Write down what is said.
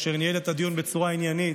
אשר ניהל את הדיון בצורה עניינית,